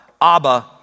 Abba